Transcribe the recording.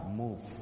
move